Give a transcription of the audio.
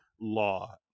law